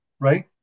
right